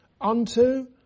unto